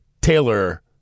Taylor